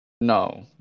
No